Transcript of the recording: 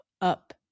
up